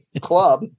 club